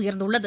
உயர்ந்துள்ளது